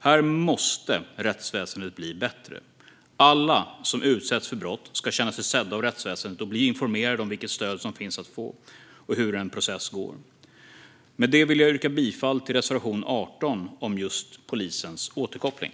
Här måste rättsväsendet bli bättre. Alla som utsätts för brott ska känna sig sedda av rättsväsendet och bli informerade om vilket stöd som finns att få och hur en process går till. Med det vill jag yrka bifall till reservation 18 om just polisens återkoppling.